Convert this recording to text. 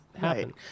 happen